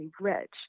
rich